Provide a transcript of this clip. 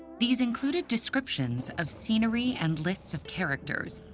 these included descriptions of scenery and lists of characters,